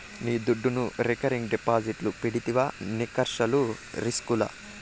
నీ దుడ్డును రికరింగ్ డిపాజిట్లు పెడితివా నీకస్సలు రిస్కులా